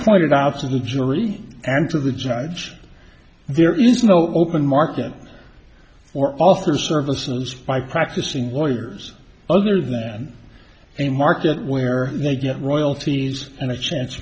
pointed out to the jury and to the judge there is no open market for offer services by practicing lawyers other than a market where they get royalties and a chance